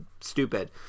stupid